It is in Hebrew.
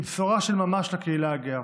היא בשורה של ממש לקהילה הגאה.